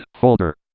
folder